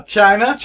China